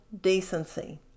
decency